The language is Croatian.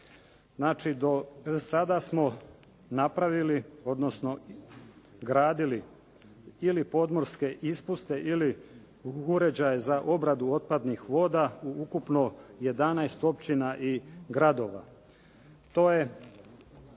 znači, do sada smo napravili, odnosno gradili ili podmorske ispuste ili uređaje za obradu otpadnih voda u ukupno 11 općina i gradova. To je